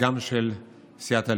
וגם של סיעת הליכוד,